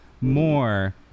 more